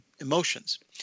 emotions